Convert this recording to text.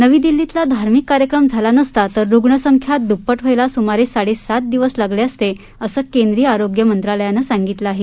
नवी दिल्लीतला धार्मिक कार्यक्रम झाला नसता तर रुग्ण संख्या दुप्पट व्हायला सुमारे साडे सात दिवस लागले असते असे केंद्रीय आरोग्य मंत्रालयाने सांगितले आहे